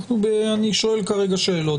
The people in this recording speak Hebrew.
אני שואל כרגע שאלות,